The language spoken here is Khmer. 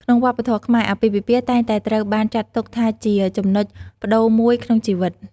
ក្នុងវប្បធម៌ខ្មែរ អាពាហ៍ពិពាហ៍តែងតែត្រូវបានចាត់ទុកថាជាចំណុចប្ដូរមួយក្នុងជីវិត។